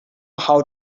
how